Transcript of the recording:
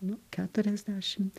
nu keturiasdešimt